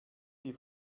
wie